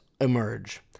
emerge